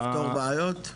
לפתור בעיות?